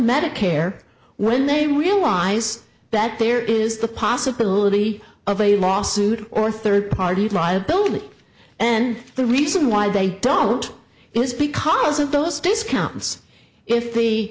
medicare when they realize that there is the possibility of a lawsuit or third party drivability and the reason why they don't is because of those discounts if the